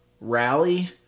rally